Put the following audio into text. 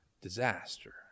disaster